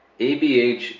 ABH